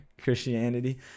Christianity